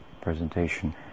presentation